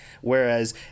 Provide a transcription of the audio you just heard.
whereas